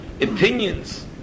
opinions